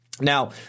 Now